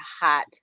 hot